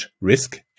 risk